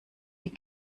die